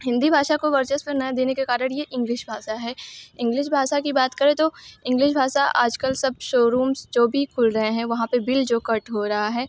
हिन्दी भाषा को वर्चस्व ना देने का कारण ये इंग्लिश भाषा है इंग्लिस भाषा की बात करें तो इंग्लिस भाषा आज कल सब शोरूम्स जो भी खुल रहे हैं वहाँ पर बिल जो कट हो रहा है